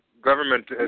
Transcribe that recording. government